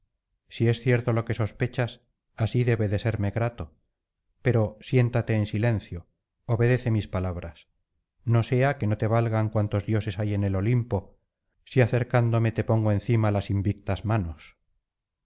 si es cierto lo que sospechas así debe de serme grato pero siéntate en silencio obedece mis palabras no sea que no te valgan cuantos dioses hay en el olimpo si acercándome te pongo encima las invictas manos